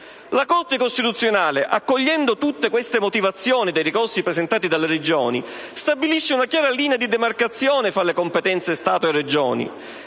La Corte costituzionale, accogliendo tutte queste motivazioni dei ricorsi presentati dalle Regioni, stabilisce una chiara linea di demarcazione tra le competenze dello Stato